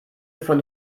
von